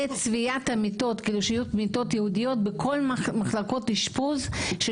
וצביעת המיטות כדי שיהיו מיטות ייעודיות בכל מחלקות האשפוז של